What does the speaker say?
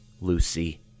Lucy